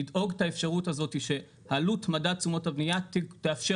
לדאוג לאפשרות הזאת שעלות מדד תשומות הבניה תאפשר